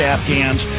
Afghans